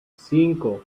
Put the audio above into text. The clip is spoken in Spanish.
cinco